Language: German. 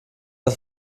das